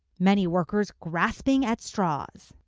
many workers grasping at straws.